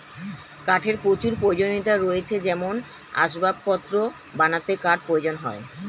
কাঠের প্রচুর প্রয়োজনীয়তা রয়েছে যেমন আসবাবপত্র বানাতে কাঠ প্রয়োজন হয়